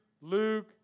Luke